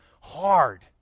hard